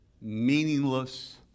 meaningless